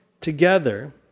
together